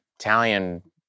Italian